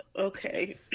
Okay